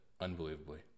unbelievably